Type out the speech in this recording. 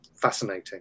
fascinating